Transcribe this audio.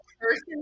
person